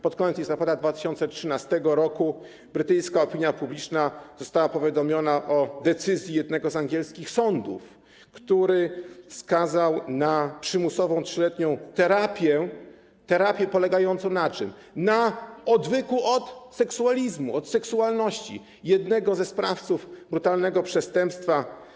Pod koniec listopada 2013 r. brytyjska opinia publiczna została powiadomiona o decyzji jednego z angielskich sądów, który skazał na przymusową 3-letnią terapię - polegającą na czym? - polegającą na odwyku od seksualizmu, od seksualności, jednego ze sprawców brutalnego przestępstwa.